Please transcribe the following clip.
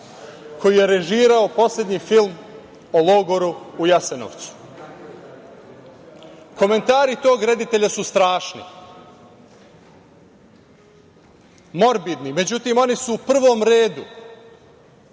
koji je režirao poslednji film o logoru u Jasenovcu. Komentari tog reditelja su strašni, morbidni. Međutim, oni su u prvom redu